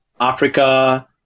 africa